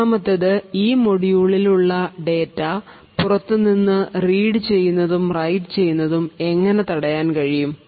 രണ്ടാമത്തേത് ഈ മോഡ്യൂളിൽ ഉള്ള ഡേറ്റാ പുറത്തുനിന്ന് റീഡ് ചെയ്യുന്നതും റൈറ്റ് ചെയ്യുന്നതും എങ്ങനെ തടയാൻ കഴിയും